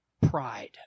pride